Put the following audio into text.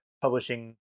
publishing